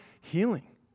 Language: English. healing